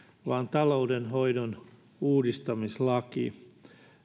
vaan taloudenhoidon uudistamislaki